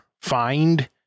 find